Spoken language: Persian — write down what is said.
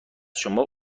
شما